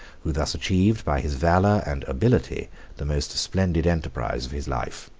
who thus achieved by his valor and ability the most splendid enterprise of his life.